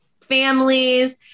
families